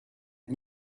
had